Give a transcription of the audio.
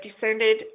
descended